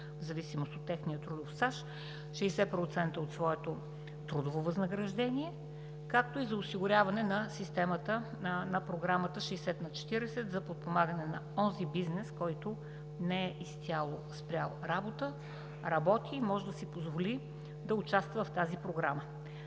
в зависимост от техния трудов стаж, 60% от своето трудово възнаграждение, както и за осигуряване на Програмата 60/40 за подпомагане на онзи бизнес, който не е изцяло спрял работа, работи и може да си позволи да участва в тази програма.